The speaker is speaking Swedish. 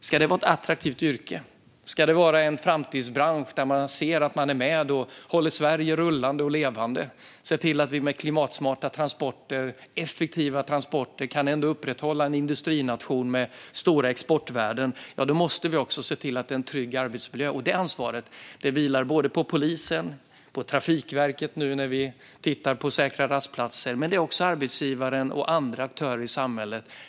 Ska detta vara ett attraktivt yrke och en framtidsbransch där man ser att man är med och håller Sverige rullande och levande och ser till att vi med klimatsmarta, effektiva transporter kan upprätthålla en industrination med stora exportvärden måste vi också se till att det råder en trygg arbetsmiljö. Detta ansvar vilar såväl på polisen och Trafikverket - nu när vi tittar på säkra rastplatser - som på arbetsgivaren och andra aktörer i samhället.